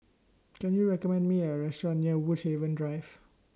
Can YOU recommend Me A Restaurant near Woodhaven Drive